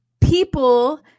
people